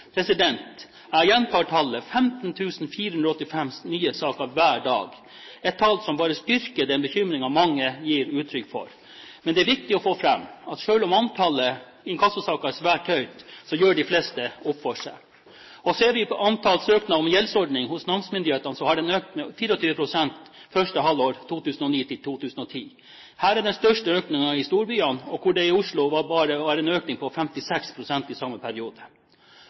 et tall som bare styrker den bekymringen mange gir uttrykk for. Men det er viktig å få fram at selv om antallet inkassosaker er svært høyt, så gjør de fleste opp for seg. Ser vi på antall søknader om gjeldsordning hos namsmyndighetene, har det økt med 24 pst. fra første halvår 2009 til 2010. Her er den største økningen i storbyene, hvor det i Oslo var en økning på 56 pst. i samme periode.